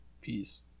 Peace